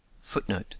Footnote